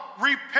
Repent